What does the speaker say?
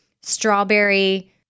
strawberry